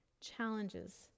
challenges